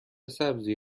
سبزی